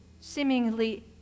seemingly